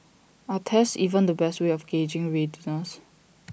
are tests even the best way of gauging readiness